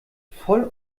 voll